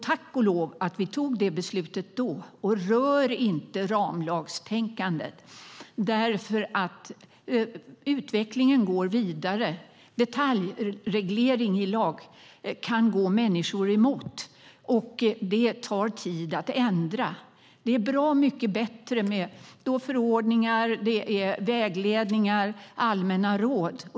Tack och lov att vi tog det beslutet då! Rör inte ramlagstänkandet! Utvecklingen går vidare. Detaljreglering i lag kan gå människor emot, och det tar tid att ändra. Det är bra mycket bättre med förordningar, vägledningar och allmänna råd.